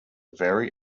very